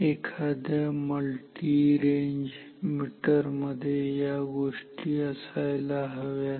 एखाद्या multi range मीटरमध्ये या गोष्टी असायला हव्यात